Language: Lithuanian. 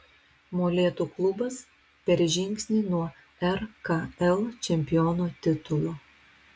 molėtų klubas per žingsnį nuo rkl čempiono titulo